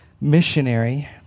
missionary